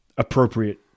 appropriate